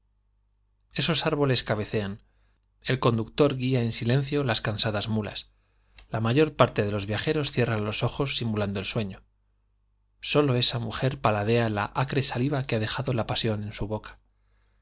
esos árboles cabecean el conductor guía en silencio las cansadas mulas la mayor parte de los viajeros cierran los ojos simulando el sueño sólo esa mujer paladea la acre saliva que ha dejado la pasión en su boca